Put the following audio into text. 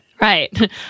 Right